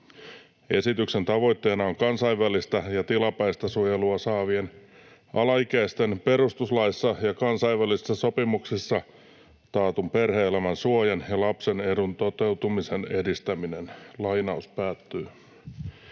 Esityksen tavoitteena on kansainvälistä ja tilapäistä suojelua saavien alaikäisten perustuslaissa ja kansainvälisissä sopimuksissa taatun perhe-elämän suojan ja lapsen edun toteutumisen edistäminen.” Kauniita